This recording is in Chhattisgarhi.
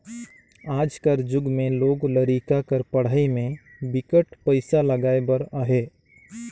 आज कर जुग में लोग लरिका कर पढ़ई में बिकट पइसा लगाए बर अहे